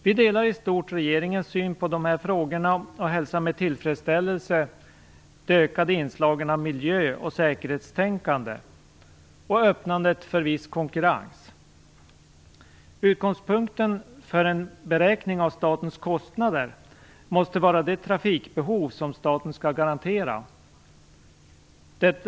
Vi delar i stort regeringens syn på dessa frågor och hälsar med tillfredsställelse de ökade inslagen av miljö och säkerhetstänkande och öppnandet för viss konkurrens. Utgångspunkten för en beräkning av statens kostnader måste vara det trafikbehov som staten skall garantera.